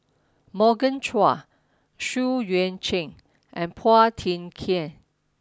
Morgan Chua Xu Yuan Zhen and Phua Thin Kiay